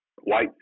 white